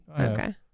Okay